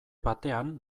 batean